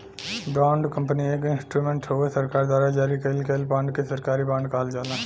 bond company एक instrument हउवे सरकार द्वारा जारी कइल गयल बांड के सरकारी बॉन्ड कहल जाला